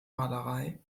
malerei